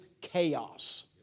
chaos